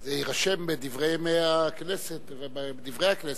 זה יירשם בדברי ימי הכנסת וב"דברי הכנסת".